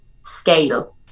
scale